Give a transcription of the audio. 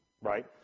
right